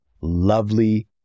lovely